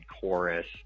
Chorus